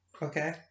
okay